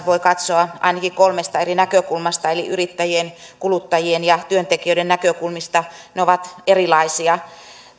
voi katsoa ainakin kolmesta eri näkökulmasta eli yrittäjien kuluttajien ja työntekijöiden näkökulmasta ne ovat erilaisia